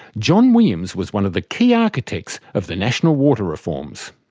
john williams was one of the key architects of the national water reforms.